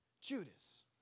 Judas